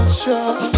sure